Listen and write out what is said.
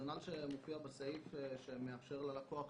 הרציונל שמופיע בסעיף שמאפשר ללקוח